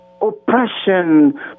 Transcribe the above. oppression